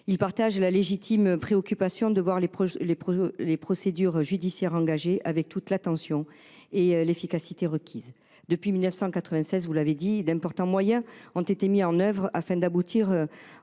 Il partage la légitime préoccupation de voir les procédures judiciaires engagées traitées avec toute l’attention et l’efficacité requises. Depuis 1996, comme vous l’avez indiqué, d’importants moyens ont été mis en œuvre afin de faire